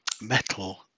metal